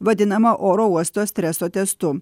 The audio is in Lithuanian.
vadinamą oro uosto streso testu